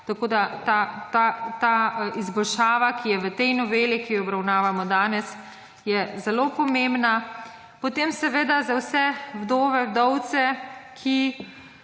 otroka. Ta izboljšava, ki je v tej noveli, ki jo obravnavano danes je zelo pomembna. Potem seveda za vse vdove, vdovce,